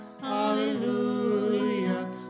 hallelujah